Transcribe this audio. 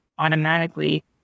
automatically